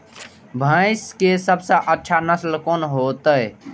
भैंस के सबसे अच्छा नस्ल कोन होते?